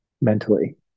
mentally